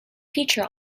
feature